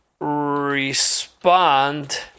respond